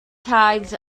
tides